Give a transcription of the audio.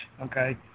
okay